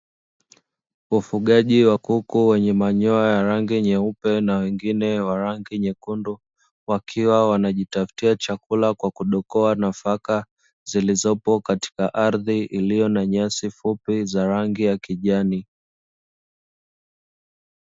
Wafugaji wa kuku wenye manyoya ya rangi nyeupe na wengine wa rangi nyekundu, wakiwa wanajitafutia chakula kwa kidokoa nafaka zilizopo katika ardhi iliyo na nyasi fupi za rangi ya kijani.